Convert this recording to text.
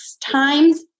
times